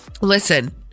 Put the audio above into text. listen